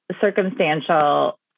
circumstantial